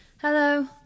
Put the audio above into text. Hello